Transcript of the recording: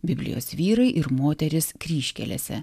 biblijos vyrai ir moterys kryžkelėse